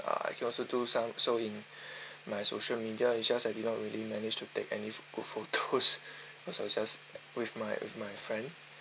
uh I can also do some sort in my social media it's just I didn't really manage to take any good photos for ourself with my with my friend